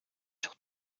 sur